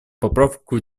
поправку